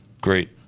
great